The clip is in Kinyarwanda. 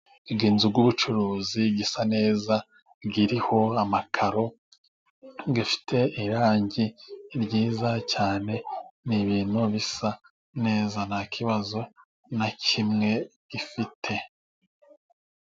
Inzu y'ubucuruzi isa neza iriho amakaro, ifite irangi ryiza cyane ni ibintu bisa neza ntakibazo na kimwe ifite.